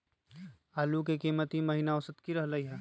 आलू के कीमत ई महिना औसत की रहलई ह?